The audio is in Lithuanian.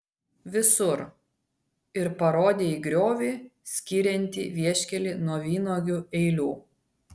visur ir parodė į griovį skiriantį vieškelį nuo vynuogių eilių